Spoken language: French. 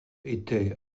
étaient